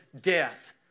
death